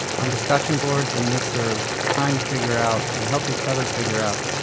on discussion boards and listservs trying to figure out, and help each other figure out,